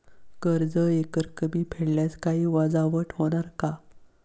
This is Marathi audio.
कर्ज एकरकमी फेडल्यास काही वजावट होणार का?